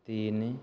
ତିନି